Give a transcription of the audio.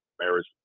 marriage